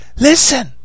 Listen